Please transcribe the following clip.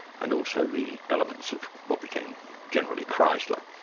and also the elements of what became generally chrysler.